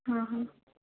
हा हा